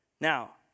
Now